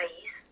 please